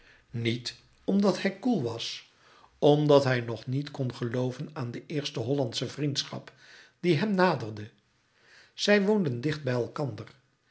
niet omdat hij koel was omdat hij nog niet kn gelooven aan de eerste hollandsche vriendschap die hem naderde zij woonden dicht bij elkander